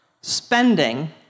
spending